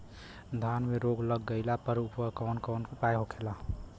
धान में रोग लग गईला पर उकर कवन कवन उपाय होखेला?